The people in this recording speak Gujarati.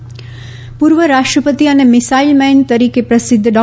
અબ્દુલ કલામ પૂર્વ રાષ્ટ્રપતિ અને મિસાઇલ મેન તરીકે પ્રસિદ્ધ ડો